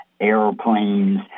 airplanes